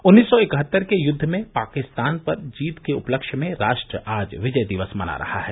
उन्नीस सौ इकहत्तर के युद्ध में पाकिस्तान पर जीत के उपलक्ष्य में राष्ट्र आज विजय दिवस मना रहा है